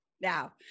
Now